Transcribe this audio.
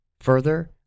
Further